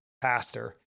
pastor